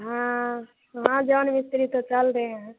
हाँ वहाँ जौन मिस्त्री तो चल दिए हैं